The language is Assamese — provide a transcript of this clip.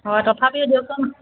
হয় তথাপিও দিয়কচোন